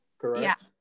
correct